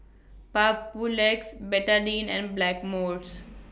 Papulex Betadine and Blackmores